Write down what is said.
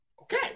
Okay